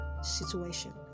situation